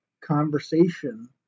conversation